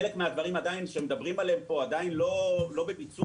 חלק מהדברים שמדברים עליהם פה עדיין לא בביצוע,